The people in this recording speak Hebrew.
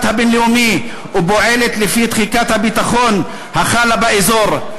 הבין-לאומי ופועלת לפי תחיקת הביטחון החלה באזור.